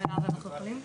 שלום,